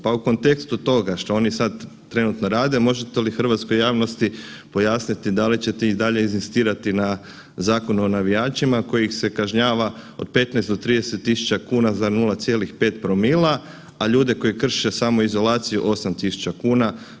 Pa u kontekstu toga što oni sad trenutno rade, možete li hrvatskoj javnosti pojasniti da li ćete i dalje inzistirati na Zakonu o navijačima koji ih se kažnjava od 15 do 30 tisuća kuna za 0,5 promila, a ljude koji krše samoizolaciju 8 tisuća kuna.